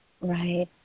Right